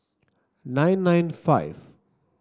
nine nine five